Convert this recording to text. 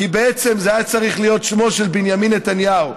כי בעצם זה היה צריך להיות שמו של בנימין נתניהו,